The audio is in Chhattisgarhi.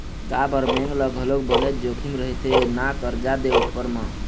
काबर बेंक ल घलोक बनेच जोखिम रहिथे ना करजा दे उपर म